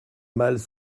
malles